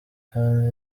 kandi